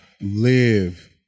live